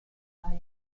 varie